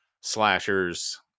slashers